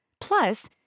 Plus